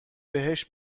بهشت